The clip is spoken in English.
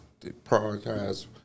prioritize